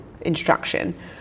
instruction